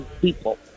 people